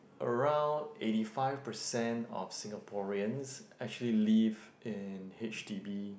around eighty five percent of Singaporeans actually live in H_D_B